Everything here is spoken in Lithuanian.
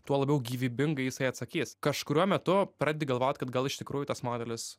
tuo labiau gyvybingai jisai atsakys kažkuriuo metu pradedi galvot kad gal iš tikrųjų tas modelis